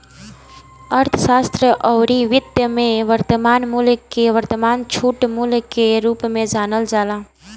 अर्थशास्त्र अउरी वित्त में वर्तमान मूल्य के वर्तमान छूट मूल्य के रूप में जानल जाला